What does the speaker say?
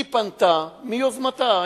היא פנתה מיוזמתה.